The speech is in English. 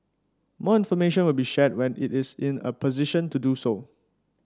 more information will be shared when it is in a position to do so